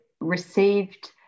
received